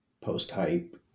post-hype